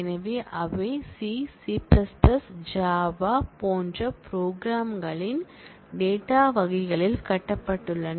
எனவே அவை C C Java போன்ற ப்ரோக்ராம்களின் டேட்டா வகைகளில் கட்டப்பட்டுள்ளன